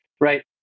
right